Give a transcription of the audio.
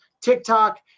TikTok